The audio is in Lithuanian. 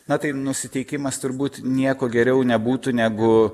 na tai nusiteikimas turbūt nieko geriau nebūtų negu